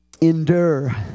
endure